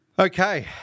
Okay